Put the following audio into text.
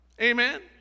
amen